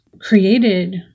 created